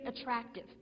attractive